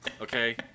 Okay